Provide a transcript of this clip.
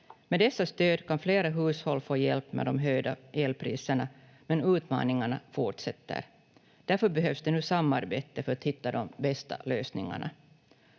Med dessa stöd kan flera hushåll få hjälp med de höjda elpriserna, men utmaningarna fortsätter. Därför behövs det nu samarbete för att hitta de bästa lösningarna.